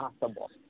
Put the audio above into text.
possible